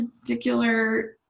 particular